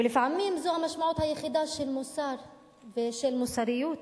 ולפעמים זו המשמעות היחידה של מוסר ושל מוסריות,